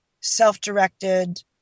self-directed